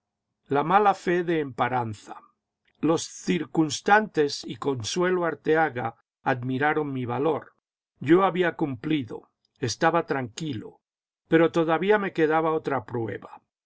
la mala fe de emparanza los circunstantes y consuelo arteaga admiraron mi valor yo había cumplido estaba tranquilo pero todavía me quedaba otra prueba